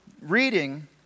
reading